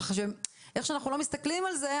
כך שזה לא משנה איך שאנחנו לא מסתכלים על זה,